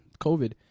COVID